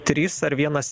trys ar vienas